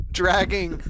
dragging